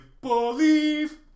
believe